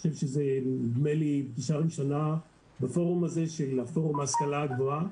נדמה לי שזאת פגישה ראשונה בפורום הזה של השכלה גבוהה